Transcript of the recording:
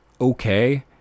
okay